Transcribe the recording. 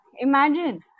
imagine